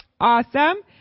Awesome